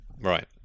Right